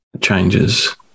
changes